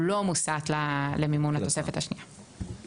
מוסט למימון התוספת השנייה בגלל החוק הזה.